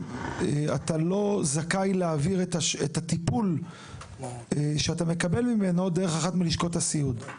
אתה לא זכאי להעביר את הטיפול שאתה מקבל ממנו דרך אחת מלשכות הסיעוד.